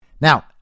Now